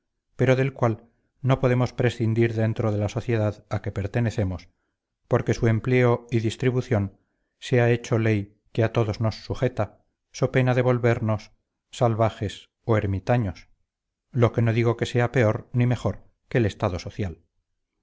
pero del cual no podemos prescindir dentro de la sociedad a que pertenecemos porque su empleo y distribución se ha hecho ley que a todos nos sujeta so pena de volvemos salvajes o ermitaños lo que no digo que sea peor ni mejor que el estado social